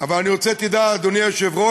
אבל אני רוצה שתדע, אדוני היושב-ראש,